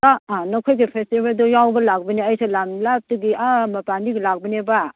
ꯑꯥ ꯅꯈꯣꯏꯒꯤ ꯐꯦꯁꯇꯤꯕꯦꯜꯗꯨ ꯌꯥꯎꯕ ꯂꯥꯛꯄꯅꯦ ꯑꯩꯁꯦ ꯂꯝ ꯂꯥꯞꯄꯒꯤ ꯑꯥ ꯃꯄꯥꯅꯗꯒꯤ ꯂꯥꯛꯄꯅꯦꯕ